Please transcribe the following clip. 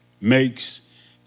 makes